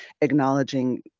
acknowledging